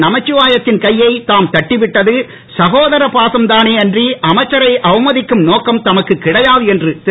நமச்சிவாயத்தின் கையை தாம் தட்டிவிட்டது சகோதர பாசம் தானே அன்றி அமைச்சரை அவமதிக்கம் நோக்கம் தமக்கு கிடையாது என்று திரு